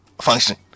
function